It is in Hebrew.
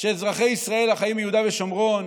שאזרחי ישראל החיים ביהודה ושומרון